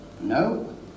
No